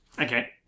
Okay